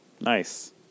Nice